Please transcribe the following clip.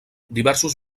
diversos